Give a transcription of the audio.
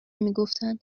میگفتن